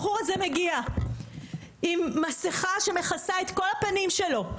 הבחור הזה מגיע עם מסכה שמכסה את כל הפנים שלו,